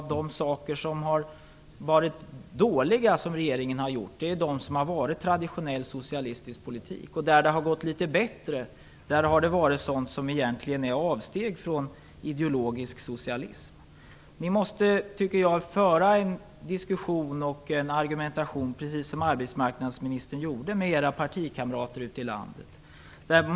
Det dåliga som regeringen har gjort har byggt på traditionell socialistisk politik. Det som har gått litet bättre har berott på avsteg från socialismen. Jag tycker att ni skall föra en diskussion och argumentation med era partikamrater ute i landet på det sätt som arbetsmarknadsministern gjorde här.